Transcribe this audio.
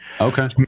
Okay